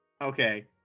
Okay